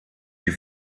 die